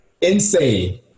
Insane